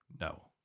No